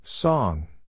Song